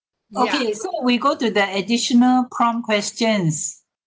okay so we go to the additional crumb questions